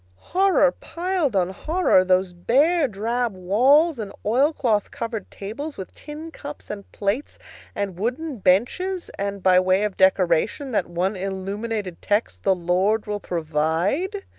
horror piled on horror those bare drab walls and oil-cloth-covered tables with tin cups and plates and wooden benches, and, by way of decoration, that one illuminated text, the lord will provide!